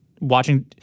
watching